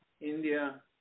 India